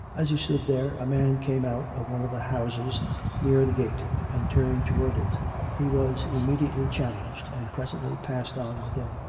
as he stood there, a man came out of one of the houses near the gate, and turned towards it he was immediately challenged, and presently passed on within,